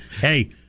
Hey